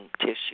tissue